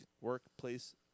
workplace